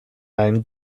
einen